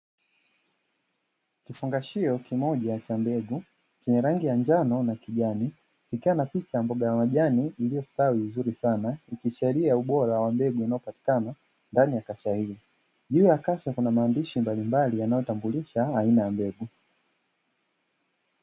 Kifungashio kimoja cha mbegu chenye rangi ya njano na kijani kikiwa na picha ya mboga ya majani iliyostawi vizuri sana, ikiashiria ubora wa mbegu inayopatikana ndani ya kasha hili. Juu ya kasha kuna maandishi mbalimbali yanayotambuliasha aina ya mbegu.